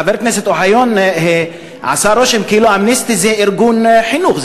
חבר הכנסת אוחיון עשה רושם כאילו "אמנסטי" הוא ארגון חינוך.